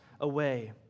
away